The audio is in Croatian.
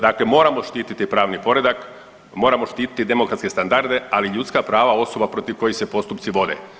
Dakle, moramo štiti pravni poredak, moramo štititi demokratske standarde ali i ljudska prava osoba protiv kojih se postupci vode.